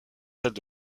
celles